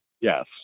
yes